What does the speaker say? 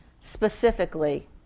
specifically